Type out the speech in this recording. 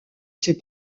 ses